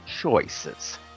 choices